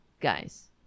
Guys